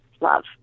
love